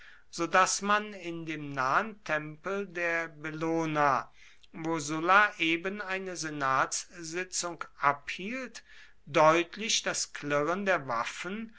so daß man in dem nahen tempel der bellona wo sulla eben eine senatssitzung abhielt deutlich das klirren der waffen